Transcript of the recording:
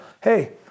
Hey